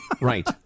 Right